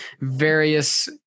various